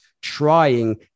trying